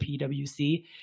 PWC